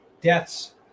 deaths